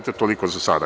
Toliko za sada.